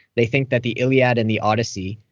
they think that the iliad and the odyssey,